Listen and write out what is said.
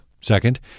Second